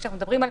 אז כשמדברים על